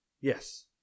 Yes